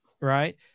Right